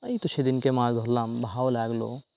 এই তো সেদিন মাছ ধরলাম ভালো লাগল